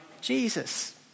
Jesus